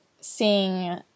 seeing